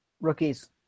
Rookies